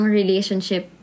relationship